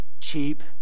Cheap